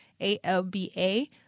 A-L-B-A